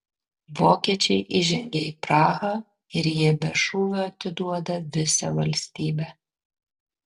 vokiečiai įžengia į prahą ir jie be šūvio atiduoda visą valstybę